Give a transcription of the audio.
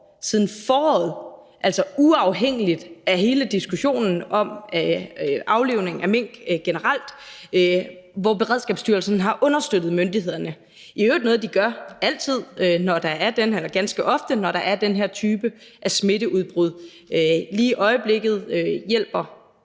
siden foråret, altså uafhængigt af hele diskussionen om aflivning af mink generelt – har understøttet myndighederne. Det er i øvrigt noget, de gør ganske ofte, når der er den her type af smitteudbrud, og lige i øjeblikket hjælper